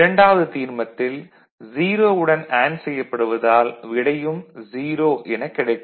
இரண்டாவது தீர்மத்தில் 0 வுடன் அண்டு செய்யப்படுவதால் விடையும் 0 எனக் கிடைக்கும்